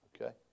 Okay